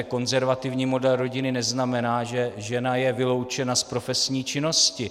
Konzervativní model rodiny neznamená, že je žena vyloučena z profesní činnosti.